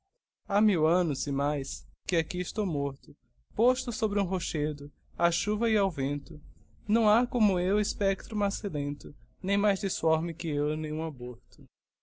ha mil annos e mais que aqui estou morto posto sobre um rochedo á chuva e ao vento não ha como eu espectro macilento nem mais disforme que eu nenhum aborto